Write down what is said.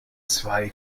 zwei